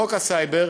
חוק הסייבר,